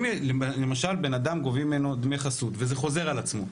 אם למשל גובים מבן אדם דמי חסות וזה חוזר על עצמו,